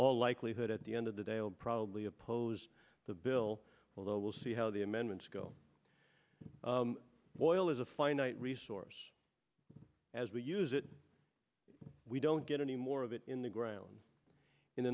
all likelihood at the end of the day i'll probably oppose the bill although we'll see how the amendments go boy it is a finite resource as we use it we don't get any more of it in the ground in the